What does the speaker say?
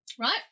right